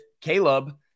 Caleb